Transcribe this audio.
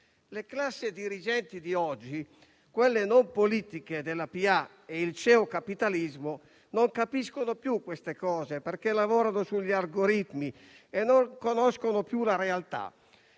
Le classi dirigenti di oggi, quelle non politiche della pubblica amministrazione e il CEO capitalismo, non capiscono più queste cose perché lavorano sugli algoritmi e non conoscono più la realtà.